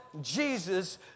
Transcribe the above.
Jesus